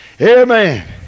Amen